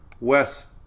west